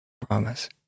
Promise